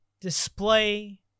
display